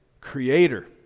Creator